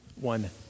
one